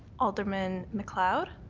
alderman macleod?